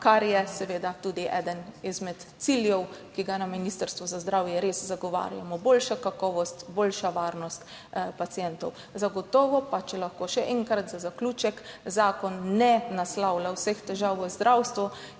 kar je seveda tudi eden izmed ciljev, ki ga na Ministrstvu za zdravje res zagovarjamo; boljša kakovost, boljša varnost pacientov. Zagotovo pa, če lahko še enkrat za zaključek, zakon ne naslavlja vseh težav v zdravstvu